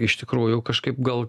iš tikrųjų kažkaip gal